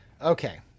Okay